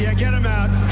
yeah get em out.